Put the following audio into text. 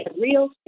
real